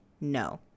No